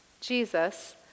Jesus